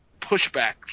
pushback